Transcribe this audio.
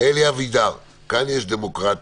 אלי אבידר, כאן יש דמוקרטיה